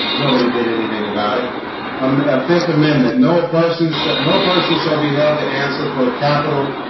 nobody did anything about it um a fifth amendment. no a person should no person shall be held to answer for a capital